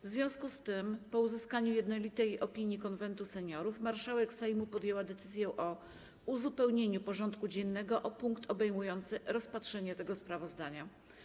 W związku z tym, po uzyskaniu jednolitej opinii Konwentu Seniorów, marszałek Sejmu podjęła decyzję o uzupełnieniu porządku dziennego o punkt obejmujący rozpatrzenie tego sprawozdania.